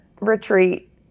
retreat